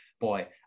Boy